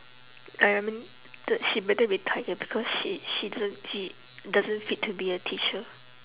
I mean th~ she better retire because she she doesn't she doesn't fit to be a teacher